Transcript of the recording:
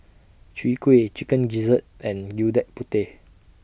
Chwee Kueh Chicken Gizzard and Gudeg Putih